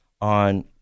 on